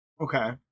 Okay